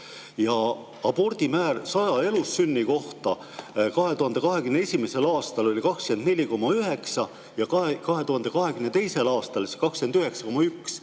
Abordimäär 100 elussünni kohta 2021. aastal oli 24,9 ja 2022. aastal 29,1